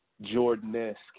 Jordan-esque